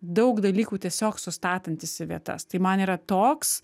daug dalykų tiesiog sustatantis į vietas tai man yra toks